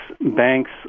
banks